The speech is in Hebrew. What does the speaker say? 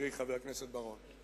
אדוני, חבר הכנסת בר-און.